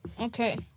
Okay